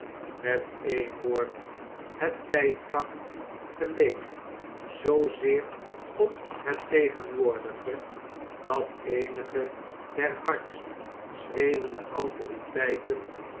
met een woord het tijdyak geleek zoozeer op het tegenwoordige dat eenige der hardst schreeuwende autoriteiten